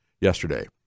yesterday